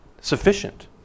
sufficient